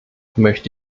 möchte